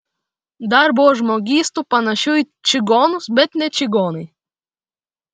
dar buvo žmogystų panašių į čigonus bet ne čigonai